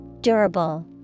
Durable